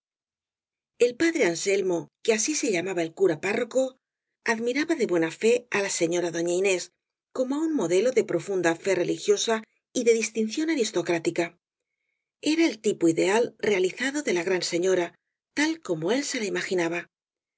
el padre anselmo que así se llamaba el cura párroco admiraba de buena fe á la señora doña inés como á un modelo de profunda fe religiosa y de distinción aristocrática era el tipo ideal reali zado de la gran señora tal como él se la imagina